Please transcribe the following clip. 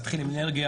אני אתחיל עם אנרגיה,